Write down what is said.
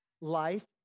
life